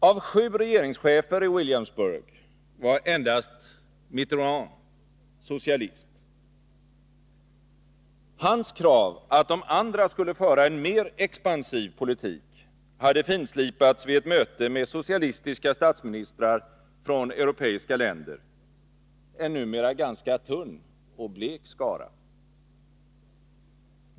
Av sju regeringschefer i Williamsburg var endast Mitterand socialist. Hans krav att de andra skulle föra en mer expansiv politik hade finslipats vid ett möte med socialistiska statsministrar från europeiska länder — en numera ganska tunn och blek skara.